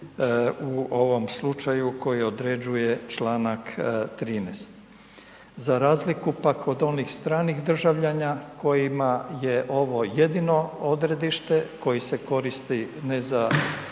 u ovom slučaju koji određuje Članak 13. Za razliku pak od onih stranih državljana kojima je ovo jedino odredište, koji se koristi ne za,